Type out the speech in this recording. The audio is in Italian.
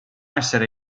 essere